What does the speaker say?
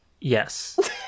Yes